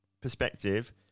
perspective